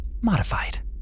modified